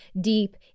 deep